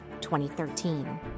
2013